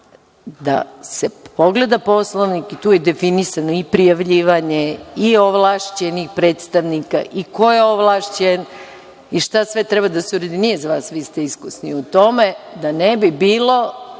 da se pogleda Poslovnik. Tu je definisano i prijavljivanje i ovlašćenih predstavnika i ko je ovlašćen i šta sve treba da se uradi. Nije za vas, vi ste iskusni u tome, da ne bi bilo